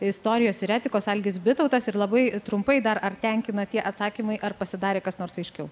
istorijos ir etikos algis bitautas ir labai trumpai dar ar tenkina tie atsakymai ar pasidarė kas nors aiškiau